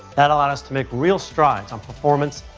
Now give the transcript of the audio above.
that allow us to make real strides on performance,